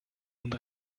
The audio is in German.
und